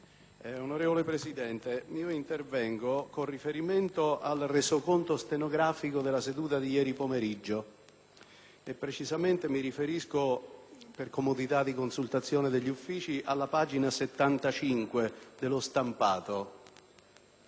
precisamente mi riferisco, per comodità di consultazione degli Uffici, alla pagina 75 dello stampato. Al termine della interessante discussione sulle risoluzioni conclusive del dibattito